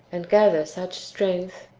and gather such strength,